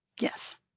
Yes